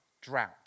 drought